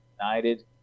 united